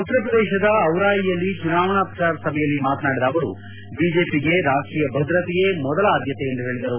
ಉತ್ತರ ಪ್ರದೇಶದ ಔರಾಯಿಯಲ್ಲಿ ಚುನಾವಣಾ ಪ್ರಚಾರ ಸಭೆಯಲ್ಲಿ ಮಾತನಾಡಿದ ಅವರು ಬಿಜೆಪಿಗೆ ರಾಷ್ಟೀಯ ಭದ್ರತೆಯೇ ಮೊದಲ ಆದ್ದತೆ ಎಂದು ಹೇಳಿದರು